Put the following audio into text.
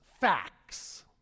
facts